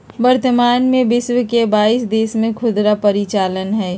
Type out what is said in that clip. वर्तमान में विश्व के बाईस देश में खुदरा परिचालन हइ